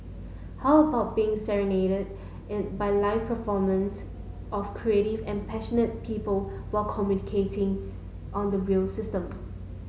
how about being serenaded in by live performance of creative and passionate people while commuting on the rail system